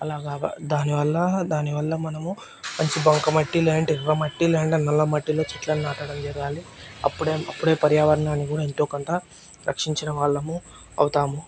అలాగా దానివల్ల దానివల్ల మనము మంచి బంకమట్టి లేదంటే ఎర్రమట్టి లేకుంటే నల్లమట్టిలో చెట్లను నాటడం జరగాలి అప్పుడే అప్పుడే పర్యావరణాన్ని కూడా ఎంతో కొంత రక్షించిన వాళ్ళము అవుతాము